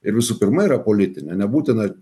ir visų pirma yra politinė nebūtina